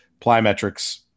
plyometrics